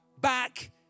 back